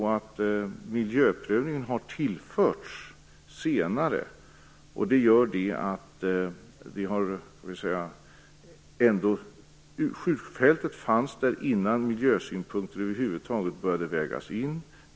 Miljöprövningen har ändå tillförts senare. Fältet fanns där innan miljösynpunkter över huvud taget började vägas in.